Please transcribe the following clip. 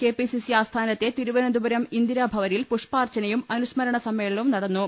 K P CC ആസ്ഥാനമായ തിരുവനന്തപുരം ഇന്ദിരാഭവ നിൽ പുഷ്പാർച്ചനയും അനുസ്മരണ സമ്മേളനവും നടന്നു